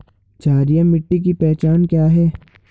क्षारीय मिट्टी की पहचान क्या है?